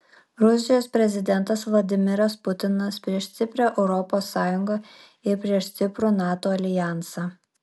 rusijos prezidentas vladimiras putinas prieš stiprią europos sąjungą ir prieš stiprų nato aljansą